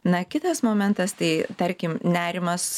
na kitas momentas tai tarkim nerimas